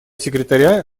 секретаря